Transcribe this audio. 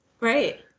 Right